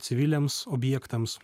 civiliams objektams